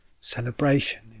celebration